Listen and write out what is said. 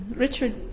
Richard